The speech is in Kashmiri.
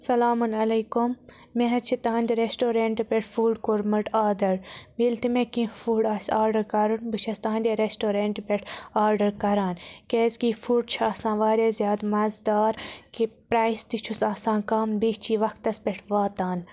سلامُن علیکُم مےٚ حظ چھِ تُہٕنٛدِ رَسٹورٮ۪نٛٹ پٮ۪ٹھ فُڈ کوٚرمُت آرڈَر ییٚلہِ تہِ مےٚ کیٚنہہ فُڈ آسہِ آرڈَر کَرُن بہٕ چھَس تَہَنٛدِ رَسٹورٮ۪نٛٹ پٮ۪ٹھ آرڈَر کران کیٛازِ کہِ یہِ فُڈ چھِ آسان واریاہ زیادٕ مَزٕ دار کہِ پرٛایِس تہِ چھُس آسان کَم بیٚیہِ چھِ یہِ وَقتَس پٮ۪ٹھ واتان